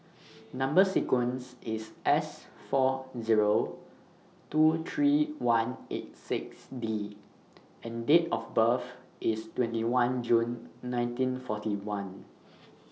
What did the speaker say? Number sequence IS S four Zero two three one eight six D and Date of birth IS twenty one June nineteen forty one